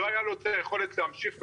לא היה לו את היכולת להמשיך ולהיות.